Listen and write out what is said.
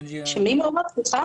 מה הייתה השאלה?